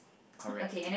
correct